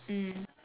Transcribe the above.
mm